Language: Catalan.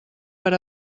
per